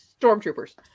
Stormtroopers